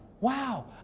wow